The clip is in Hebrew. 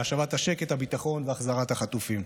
להשבת השקט הביטחון ולהחזרת החטופים.